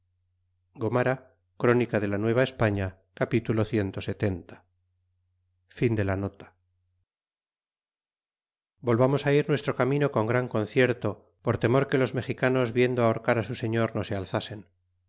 conjuracion ntiató de la volvamos á ir nuestro camino con gran concierto por temor que los mexicanos viendo ahorcar su señor no se alzasen